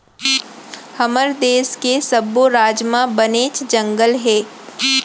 हमर देस के सब्बो राज म बनेच जंगल हे